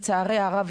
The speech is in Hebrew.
לצערי הרב,